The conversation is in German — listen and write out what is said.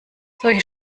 solche